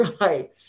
Right